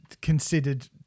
considered